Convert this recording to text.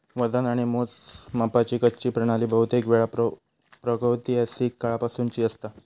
वजन आणि मोजमापाची कच्ची प्रणाली बहुतेकवेळा प्रागैतिहासिक काळापासूनची असता